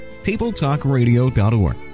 tabletalkradio.org